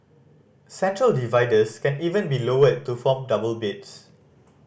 central dividers can even be lowered to form double beds